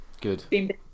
Good